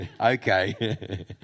Okay